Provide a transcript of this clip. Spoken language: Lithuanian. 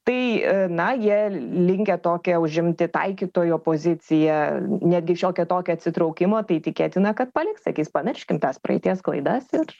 tai na jie linkę tokią užimti taikytojo poziciją netgi šiokią tokią atsitraukimo tai tikėtina kad paliks sakys pamirškim tas praeities klaidas ir